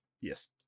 Yes